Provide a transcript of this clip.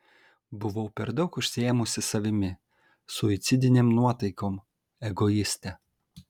buvau per daug užsiėmusi savimi suicidinėm nuotaikom egoistė